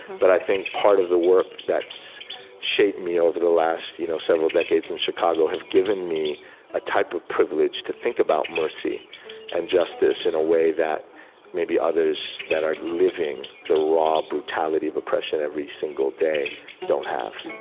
but i think part of the work that's shaped me over the last you know several decades in chicago have given me a type of privilege to think about mercy and justice in a way that maybe others that are living the raw brutality of oppression every single day don't have